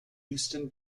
houston